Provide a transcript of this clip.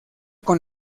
con